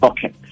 Okay